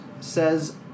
says